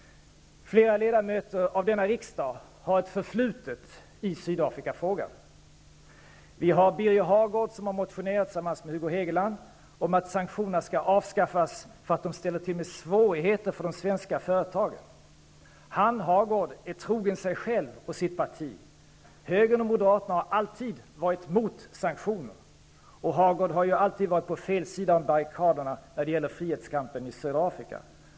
Flera ledamöter av denna riksdag har ett förflutet i Sydafrikafrågan. Vi har Birger Hagård, som har motionerat tillsammans med Hugo Hegeland om att sanktionerna skall avskaffas därför att de ställer till med svårigheter för de svenska företagen. Hagård är trogen sig själv och sitt parti; högern och Moderaterna har alltid varit mot sanktioner. Hagård har alltid varit på fel sida av barrikaderna när det gäller frihetskampen i södra Afrika.